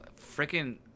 freaking –